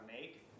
make